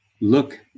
look